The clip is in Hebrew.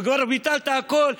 וכבר ביטלת הכול,